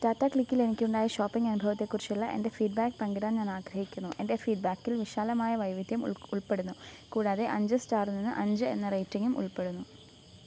ടാറ്റ ക്ലിക്കിലെനിക്കുണ്ടായ ഷോപ്പിങ് അനുഭവത്തെക്കുറിച്ചുള്ള എന്റെ ഫീഡ്ബാക്ക് പങ്കിടാൻ ഞാൻ ആഗ്രഹിക്കുന്നു എന്റെ ഫീഡ്ബാക്കിൽ വിശാലമായ വൈവിധ്യം ഉൾപ്പെടുന്നു കൂടാതെ അഞ്ച് സ്റ്റാർൽനിന്ന് അഞ്ച് എന്ന റേറ്റിങ്ങും ഉൾപ്പെടുന്നു